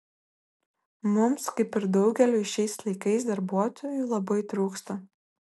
mums kaip ir daugeliui šiais laikais darbuotojų labai trūksta